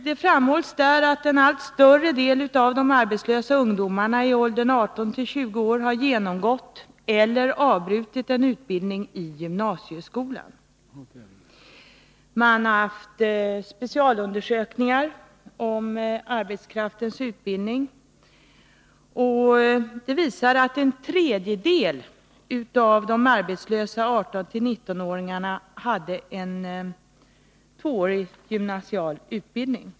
Det framhålls i propositionen att en allt större del av de arbetslösa ungdomarna i åldern 18-20 år har genomgått eller avbrutit en utbildning i gymnasieskolan. En specialundersökning om arbetskraftens utbildning visar att en tredjedel av de arbetslösa 18-19-åringarna hade en minst tvåårig gymnasial utbildning.